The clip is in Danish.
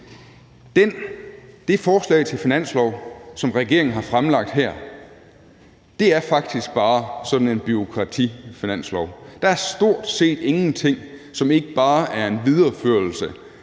Det forslag til finanslov, som regeringen har fremlagt her, er faktisk bare sådan en bureaukratifinanslov. Der er stort set ingenting, som ikke bare er en videreførelse